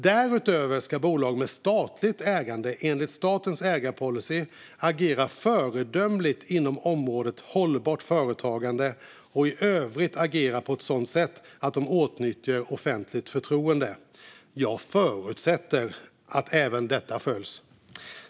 Därutöver ska bolag med statligt ägande enligt statens ägarpolicy agera föredömligt inom området hållbart företagande och i övrigt agera på ett sådant sätt att de åtnjuter offentligt förtroende. Jag förutsätter att även detta följs.